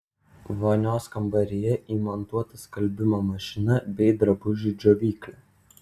vonios kambaryje įmontuota skalbimo mašina bei drabužių džiovyklė